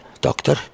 Doctor